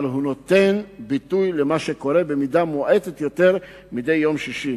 אבל הוא נותן ביטוי למה שקורה במידה מועטת יותר מדי יום שישי.